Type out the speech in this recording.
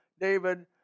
David